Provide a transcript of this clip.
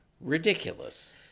ridiculous